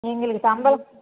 எங்களுக்கு சம்பளம்